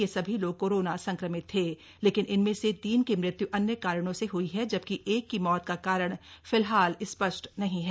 यह सभी लोग कोरोना संक्रमित थे लेकिन इनमें से तीन की मृत्यु अन्य कारणों से ह्ई है जबकि एक की मौत का कारण फिलहाल स्पष्ट नहीं है